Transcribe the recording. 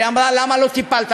כי היא אמרה: למה לא טיפלת?